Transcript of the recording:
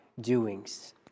doings